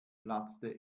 platzte